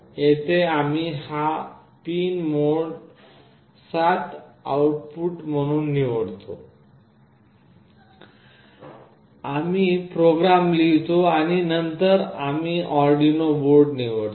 येथे आम्ही हा पिन मोड 7 आउट पुट म्हणून निवडतो आम्ही प्रोग्राम लिहितो आणि नंतर आम्ही अर्डिनो बोर्ड निवडतो